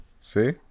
See